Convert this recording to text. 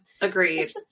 agreed